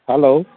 hello